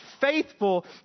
faithful